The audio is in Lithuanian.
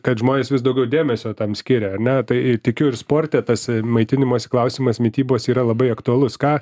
kad žmonės vis daugiau dėmesio tam skiria ar ne tai ir tikiu ir sporte tas maitinimosi klausimas mitybos yra labai aktualus ką